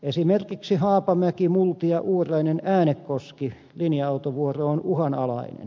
esimerkiksi haapamäkimultiauurainen äänekoski linja autovuoro on uhanalainen